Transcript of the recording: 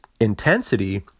intensity